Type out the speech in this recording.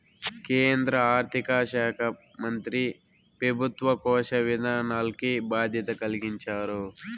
కేంద్ర ఆర్థిక శాకా మంత్రి పెబుత్వ కోశ విధానాల్కి బాధ్యత కలిగించారు